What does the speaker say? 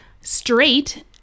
straight